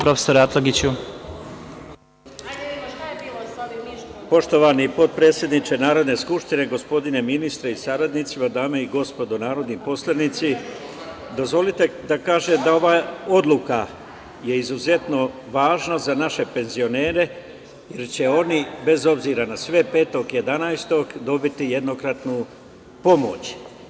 Poštovani potpredsedniče Narodne skupštine, gospodine ministre sa saradnicima, dame i gospodo narodni poslanici, dozvolite da kažem da je ova odluka izuzetno važna za naše penzionere, jer će oni, bez obzira na sve, 5. novembra dobiti jednokratnu pomoć.